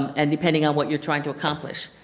and depending on what you are trying to accomplish.